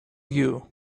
you